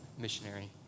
missionary